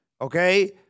okay